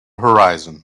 horizon